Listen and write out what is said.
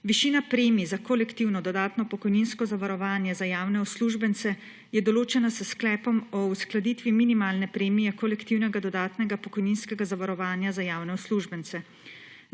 Višina premij za kolektivno dodatno pokojninsko zavarovanje za javne uslužbence je določena s sklepom o uskladitvi minimalne premije kolektivnega dodatnega pokojninskega zavarovanja za javne uslužbence.